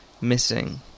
Missing